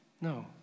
No